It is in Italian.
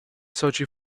soci